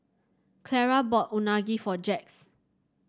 Clara bought Unagi for Jax